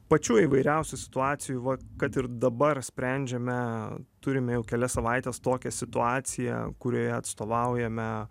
pačių įvairiausių situacijų va kad ir dabar sprendžiame turime jau kelias savaites tokią situaciją kurioje atstovaujame